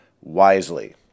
wisely